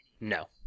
no